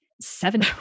seven